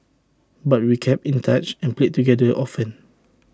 but we kept in touch and played together often